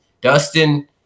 Dustin